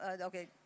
Okay